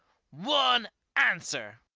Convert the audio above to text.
one answer.